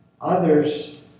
Others